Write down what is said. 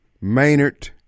Maynard